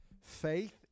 faith